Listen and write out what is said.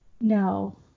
No